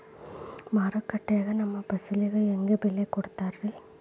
ಮಾರುಕಟ್ಟೆ ಗ ನಮ್ಮ ಫಸಲಿಗೆ ಹೆಂಗ್ ಬೆಲೆ ಕಟ್ಟುತ್ತಾರ ರಿ?